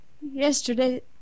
Yesterday